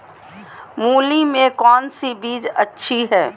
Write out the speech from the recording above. मूली में कौन सी बीज अच्छी है?